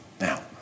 now